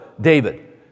David